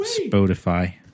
Spotify